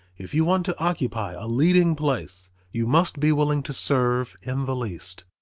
if you want to occupy a leading place you must be willing to serve in the least.